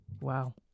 Wow